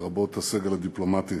לרבות הסגל הדיפלומטי,